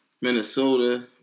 Minnesota